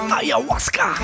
Ayahuasca